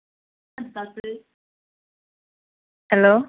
hello